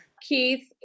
keith